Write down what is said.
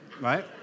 right